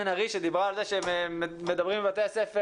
אנחנו מעודדים אקטיביות של בני נוער ודאי,